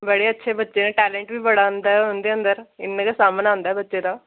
बड़े अच्छे बच्चे न टैलेंट बी बड़ा ऐ उंदा उंदे अंदर इ'यां गै सामनै आंदा बच्चे दा